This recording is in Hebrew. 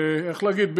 איך להגיד,